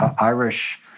Irish